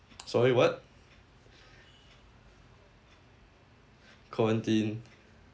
sorry what quarantine